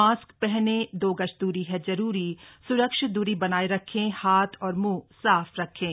mask पहने दो गज दूरी है जरूरी सुरक्षित दूरी बनाए रखें हाथ और मुंह साफ रखें